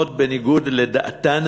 בניגוד לדעתן